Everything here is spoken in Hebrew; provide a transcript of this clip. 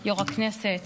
יו"ר הכנסת,